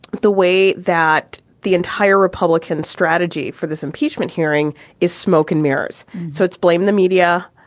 the way that the entire republican strategy for this impeachment hearing is smoke and mirrors so it's blaming the media,